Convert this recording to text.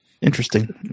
interesting